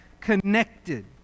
connected